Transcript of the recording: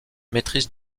maîtrise